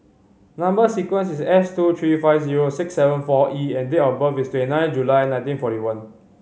number sequence is S two three five zero six seven four E and date of birth is twenty nine July nineteen forty one